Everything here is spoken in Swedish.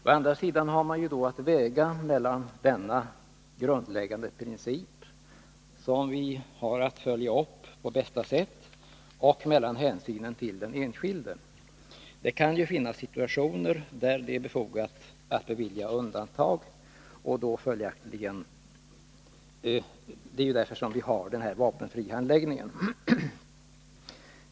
Å andra sidan måste man göra en avvägning mellan denna grundläggande princip, som vi har att följa upp på bästa sätt, och hänsynen till den enskilde. Det kan finnas fall där det är befogat att göra undantag, och därför har vi möjligheten att bevilja vapenfri tjänst.